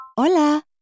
Hola